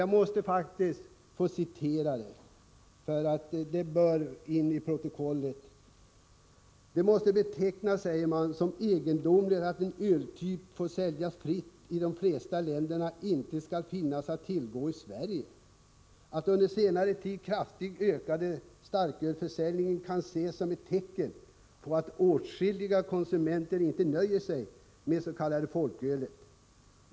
Jag måste faktiskt få citera den, eftersom det som står där bör in i protokollet: ”Det måste betecknas som egendomligt att en öltyp som får säljas fritt i de flesta länder inte skall finnas att tillgå i Sverige. Den under senare tid kraftigt ökande starkölsförsäljningen kan ses som ett tecken på att åtskilliga konsumenter inte nöjer sig med det s.k. folkölet.